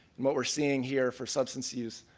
what we're seeing here for substance use,